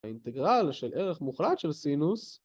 ‫האינטגרל של ערך מוחלט של סינוס...